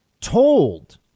told